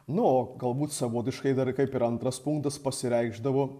nu o galbūt savotiškai dar kaip ir antras punktas pasireikšdavo